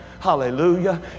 Hallelujah